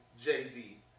Jay-Z